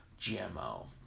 GMO